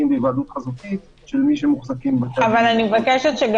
בהיוועדות חזותית של מי ש- -- אבל אני מבקשת גם